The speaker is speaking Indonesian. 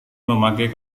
memakai